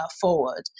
forward